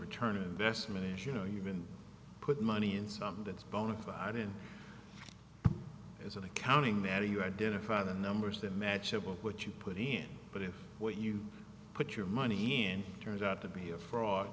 return investment you know you've been put money in something that's bonafide in as an accounting matter you identify the numbers that match up with what you put in but if what you put your money and turns out to be a fr